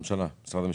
ממשלה, משרד המשפטים,